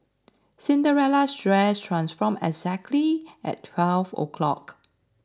Cinderella's dress transformed exactly at twelve o'clock